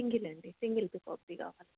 single అండి single పీకాక్ది కావాలి